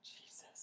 Jesus